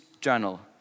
journal